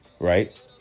Right